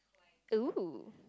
oh